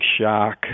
shock